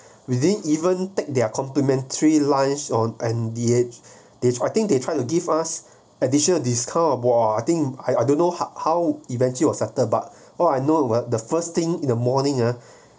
within even take their complementary lunch on and the they I think they tried to give us additional discount !wah! I think I don't know how how eventually were settled but all I know where the first thing in the morning ah